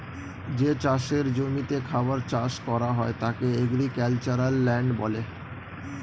যে চাষের জমিতে খাবার চাষ করা হয় তাকে এগ্রিক্যালচারাল ল্যান্ড বলে